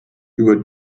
über